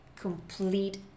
complete